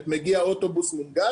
לאוטובוס?